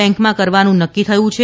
બેન્કમાં કરવાનું નક્કી થયું છે